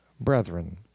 brethren